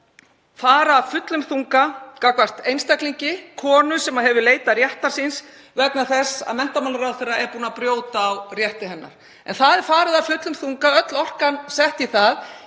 fara af fullum þunga gagnvart einstaklingi, konu sem leitað hefur réttar síns vegna þess að menntamálaráðherra er búin að brjóta á rétti hennar. En það er farið af fullum þunga, öll orkan er sett í það